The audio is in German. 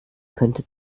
könnte